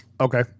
Okay